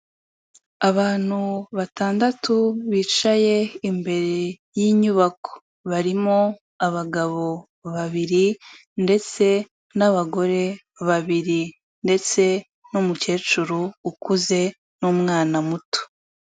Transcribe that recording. Abantu batandatu bicaye imbere y'inyubako, barimo abagabo babiri ndetse n'abagore babiri ndetse n'umukecuru ukuze n'umwana muto.